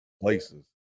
places